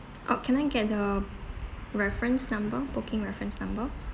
oh can I get the reference number booking reference number